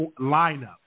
lineup